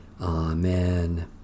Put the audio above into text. Amen